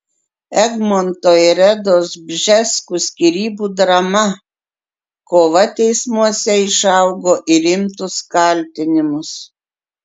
egmonto ir redos bžeskų skyrybų drama kova teismuose išaugo į rimtus kaltinimus